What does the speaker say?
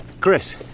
Chris